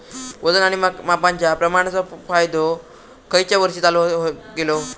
वजन आणि मापांच्या प्रमाणाचो कायदो खयच्या वर्षी चालू केलो?